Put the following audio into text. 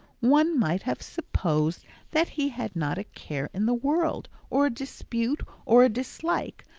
one might have supposed that he had not a care in the world, or a dispute, or a dislike,